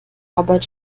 arbeit